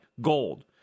gold